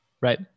Right